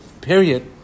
Period